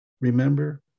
Remember